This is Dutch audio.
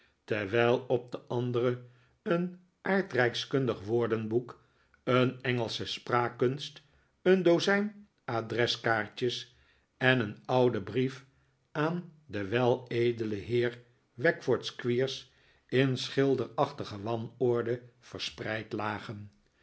terwijl op de andere een aardrijkskundig woordenboek een engelsche spraakkunst een dozijn adreskaartjes en een oude brief aan den weledelen heer wackford squeers in schilderachtige wanorde verspreid lagen